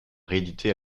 réédité